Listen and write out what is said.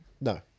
No